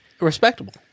respectable